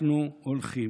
אנחנו הולכים,